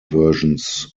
versions